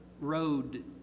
road